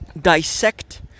dissect